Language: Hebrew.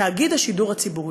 תאגיד השידור הציבורי.